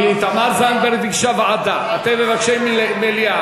כי תמר זנדברג ביקשה ועדה, אתם מבקשים מליאה.